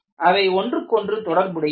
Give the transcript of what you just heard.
அவை ஒன்றுக்கொன்று தொடர்புடையவை